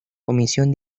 comisión